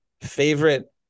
favorite